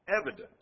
evidence